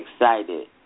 excited